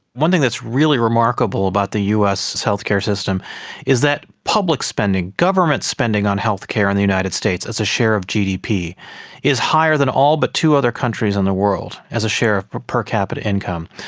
one thing that's really remarkable about the us healthcare system is that public spending, government spending on healthcare in the united states as a share of gdp is higher than all but two other countries in the world as a share of per per capita income.